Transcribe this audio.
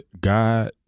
God